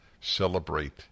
celebrate